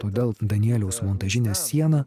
todėl danieliaus montažinės siena